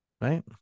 Right